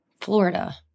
Florida